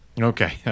Okay